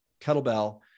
kettlebell